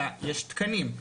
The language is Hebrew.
אלא יש תקנים.